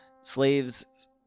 slaves